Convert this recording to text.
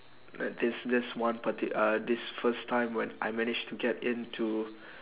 like this this one parti~ uh this first time when I managed to get into